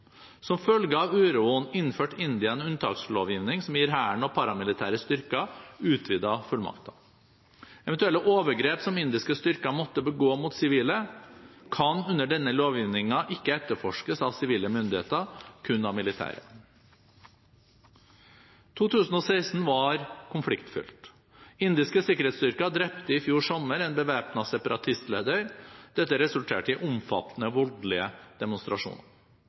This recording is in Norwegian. Som følge av uroen innførte India en unntakslovgivning som gir hæren og paramilitære styrker utvidede fullmakter. Eventuelle overgrep som indiske måtte begå mot sivile, kan under denne lovgivningen ikke etterforskes av sivile myndigheter, kun av militære. 2016 var konfliktfylt. Indiske sikkerhetsstyrker drepte i fjor sommer en bevæpnet separatistleder, og dette resulterte i omfattende voldelige demonstrasjoner.